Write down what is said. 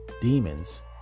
Demons